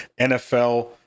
NFL